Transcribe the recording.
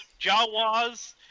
Jawas